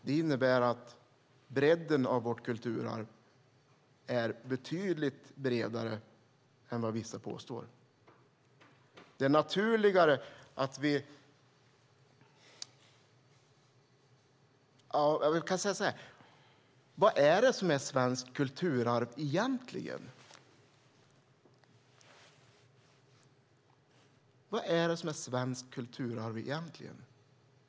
Det innebär att vårt kulturarv är betydligt bredare än vad vissa påstår. Vad är det egentligen som är svenskt kulturarv?